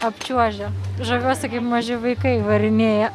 apčiuožia žaviuosi kaip maži vaikai varinėja